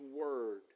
Word